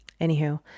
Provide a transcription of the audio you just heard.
anywho